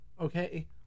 Okay